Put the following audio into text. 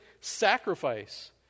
sacrifice